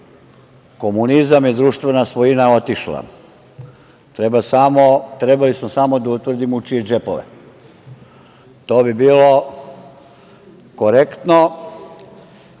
komunizam i društvena svojina je otišla, trebali smo samo da utvrdimo u čije džepove. To bi bilo korektno